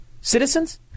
citizens